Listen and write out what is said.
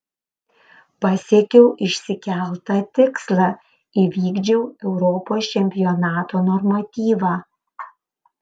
pasiekiau išsikeltą tikslą įvykdžiau europos čempionato normatyvą